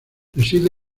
reside